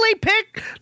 picked